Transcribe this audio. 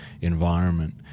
environment